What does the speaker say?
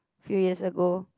three years ago